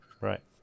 Right